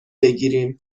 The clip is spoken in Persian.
بگیریم